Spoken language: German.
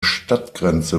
stadtgrenze